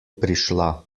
prišla